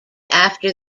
after